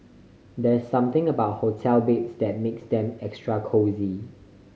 there's something about hotel beds that makes them extra cosy